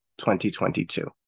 2022